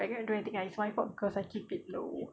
I cannot do anything it's my fault cause I keep it low